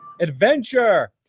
adventure